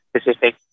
specific